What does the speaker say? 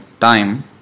time